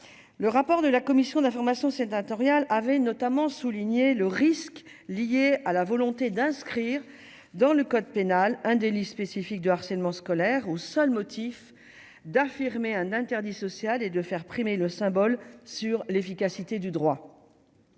le rapport de la commission d'information sénatoriale avait notamment souligné le risque lié à la volonté d'inscrire dans le code pénal un délit spécifique de harcèlement scolaire au seul motif d'affirmer un interdit social et de faire primer le symbole sur l'efficacité du droit,